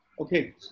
Okay